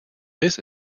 this